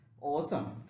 Awesome